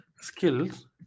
skills